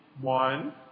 One